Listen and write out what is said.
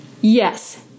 Yes